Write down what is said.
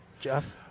Jeff